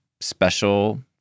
special